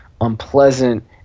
unpleasant